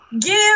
give